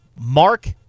Mark